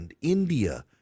India